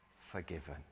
forgiven